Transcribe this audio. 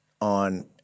on